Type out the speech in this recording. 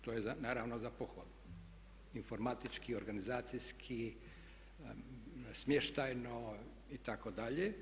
To je naravno za pohvalu, informatički, organizacijski, smještajno itd.